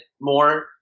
more